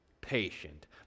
patient